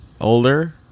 older